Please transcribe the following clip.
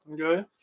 okay